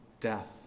death